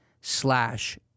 slash